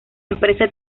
empresa